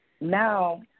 Now